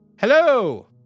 Hello